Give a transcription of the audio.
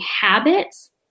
habits